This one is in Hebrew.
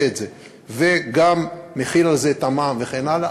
את זה וגם מחיל על זה את המע"מ וכן הלאה,